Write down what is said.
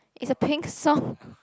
is a Pink song